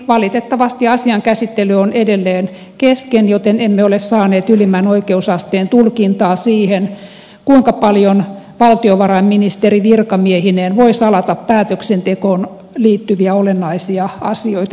valitettavasti asian käsittely on edelleen kesken joten emme ole saaneet ylimmän oikeusasteen tulkintaa siihen kuinka paljon valtiovarainministeri virkamiehineen voi salata päätöksentekoon liittyviä olennaisia asioita eduskunnalta